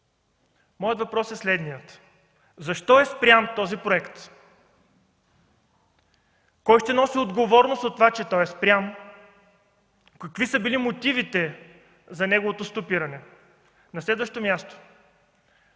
Моят въпрос е следният: защо е спрян този проект? Кой ще носи отговорност от това, че той е спрян? Какви са били мотивите за неговото стопиране? На следващо място: